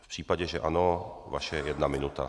V případě, že ano, vaše jedna minuta.